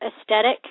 aesthetic